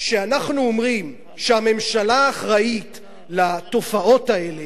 כשאנחנו אומרים שהממשלה אחראית לתופעות האלה,